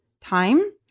time